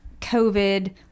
COVID